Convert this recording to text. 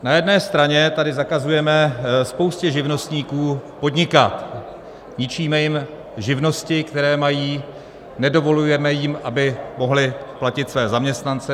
Na jedné straně tady zakazujeme spoustě živnostníků podnikat, ničíme jim živnosti, které mají, nedovolujeme jim, aby mohli platit své zaměstnance.